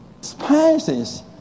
Spices